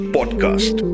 Podcast